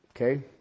Okay